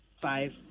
five